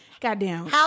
Goddamn